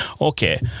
okay